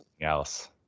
else